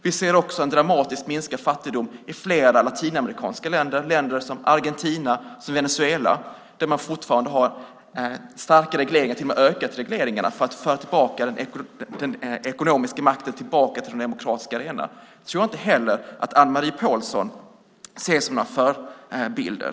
Vi ser också en dramatiskt minskad fattigdom i flera latinamerikanska länder, till exempel Argentina och Venezuela, där man fortfarande har starka regleringar, till och med ökat regleringarna, för att föra tillbaka den ekonomiska makten till den demokratiska arenan. Jag tror inte heller att Anne-Marie Pålsson ser dem som förebilder.